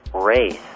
race